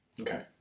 Okay